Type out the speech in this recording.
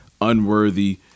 unworthy